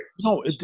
No